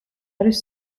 არის